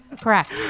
Correct